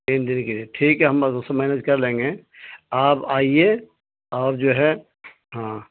تین دن کے لیے ٹھیک ہے ہم اس مینج کر لیں گے آپ آئیے اور جو ہے ہاں